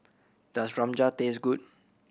does Rajma taste good